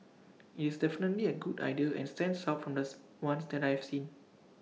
IT is definitely A good idea and stands out from thus ones that I have seen